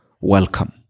Welcome